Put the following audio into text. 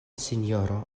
sinjoro